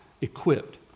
equipped